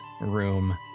room